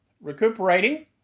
recuperating